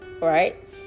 right